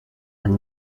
and